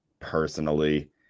personally